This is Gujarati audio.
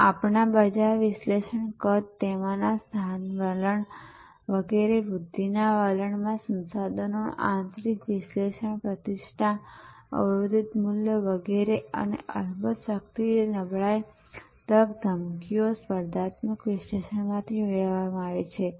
આ આપણા બજાર વિશ્લેષણ કદ તેમાં સ્થાન વલણો વગેરે વૃદ્ધિના વલણમાં સંસાધનોનું આંતરિક વિશ્લેષણ પ્રતિષ્ઠા અવરોધિત મૂલ્યો વગેરે અને અલબત્ત શક્તિ નબળાઇ તક ધમકીઓ સ્પર્ધાત્મક વિશ્લેષણમાંથી મેળવવામાં આવે છે